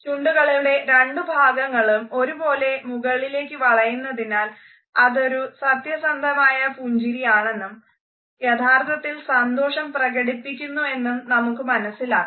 ചുണ്ടുകളുടെ രണ്ടു ഭാഗങ്ങളും ഒരേപോലെ മുകളിലേയ്ക്ക് വളയുന്നതിനാൽ അതൊരു സത്യസന്ധമായ പുഞ്ചിരിയാണെന്നും യഥാർത്ഥത്തിൽ സന്തോഷം പ്രകടിപ്പിക്കുന്നുവെന്നും നമുക്ക് മനസ്സിലാക്കാം